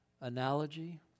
analogy